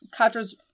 Katra's